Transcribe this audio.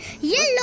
yellow